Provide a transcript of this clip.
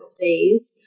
days